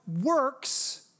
works